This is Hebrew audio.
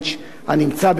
הנמצא בחו"ל,